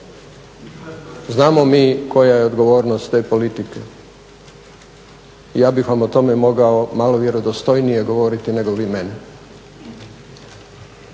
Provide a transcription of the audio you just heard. znamo mi koja je odgovornost te politike. Ja bih vam o tome mogao malo vjerodostojnije govoriti nego vi meni